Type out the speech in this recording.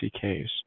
case